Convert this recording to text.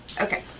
Okay